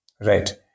right